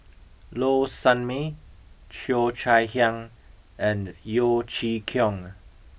Low Sanmay Cheo Chai Hiang and Yeo Chee Kiong